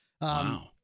Wow